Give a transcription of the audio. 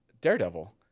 Daredevil